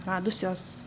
radus jos